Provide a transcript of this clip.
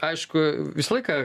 aišku visą laiką